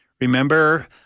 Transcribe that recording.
Remember